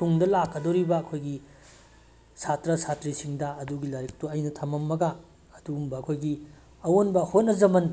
ꯇꯨꯡꯗ ꯂꯥꯛꯀꯗꯧꯔꯤꯕ ꯑꯩꯈꯣꯏꯒꯤ ꯁꯥꯇ꯭ꯔ ꯁꯥꯇ꯭ꯔꯤꯁꯤꯡꯗ ꯑꯗꯨꯒꯤ ꯂꯥꯏꯔꯤꯛꯇꯨ ꯑꯩꯅ ꯊꯝꯂꯝꯂꯒ ꯑꯗꯨꯒꯨꯝꯕ ꯑꯩꯈꯣꯏꯒꯤ ꯑꯑꯣꯟꯕ ꯍꯣꯠꯅꯖꯃꯟ